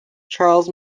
charles